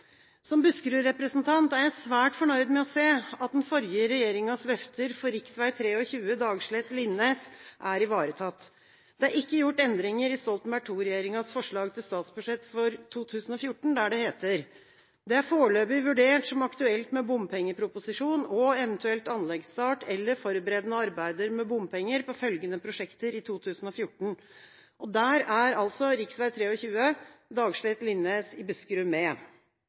Som buskerudrepresentant er jeg svært fornøyd med å se at den forrige regjeringas løfter for rv. 23 Dagslett – Linnes er ivaretatt. Det er ikke gjort endringer i Stoltenberg II-regjeringas forslag til statsbudsjett for 2014, der det heter: «Det er foreløpig vurdert som aktuelt med bompengeproposisjon og evt. anleggsstart eller forberedende arbeider med bompenger på følgende prosjekter i 2014: RV 23 Dagslett – Linnes i Buskerud.» For den som ikke er